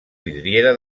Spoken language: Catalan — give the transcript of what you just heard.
vidriera